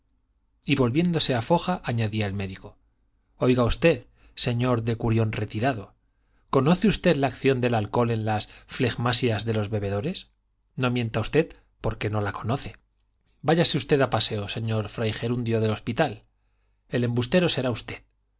y volviéndose a foja añadía el médico oiga usted señor decurión retirado conoce usted la acción del alcohol en las flegmasías de los bebedores no mienta usted porque no la conoce váyase usted a paseo señor fraigerundio de hospital el embustero será usted